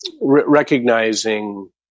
recognizing